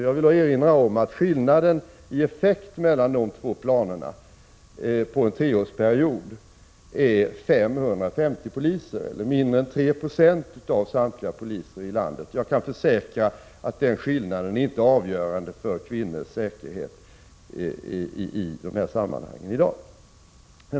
Jag vill då erinra om att skillnaden i effekt mellan de båda planerna under en treårsperiod är 550 poliser eller mindre än 3 96 av samtliga poliser i landet. Jag kan försäkra att 23 den skillnaden inte är avgörande för kvinnors säkerhet i de här sammanhangen.